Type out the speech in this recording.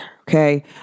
Okay